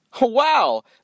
Wow